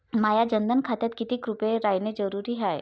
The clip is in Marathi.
माह्या जनधन खात्यात कितीक रूपे रायने जरुरी हाय?